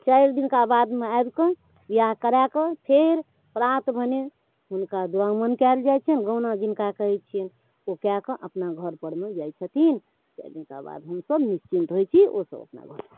चारि दिनका बादमे आबिकऽ बिआह करा कऽ फेर प्रात भेने हुनका दुरागमन कयल जाइ छनि गौना जिनका कहै छियै ओ कए कऽ अपना घरपर मे जाइ छथिन चारि दिनका बाद हमसब निश्चिन्त होइ छी ओसब अपना घर